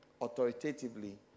authoritatively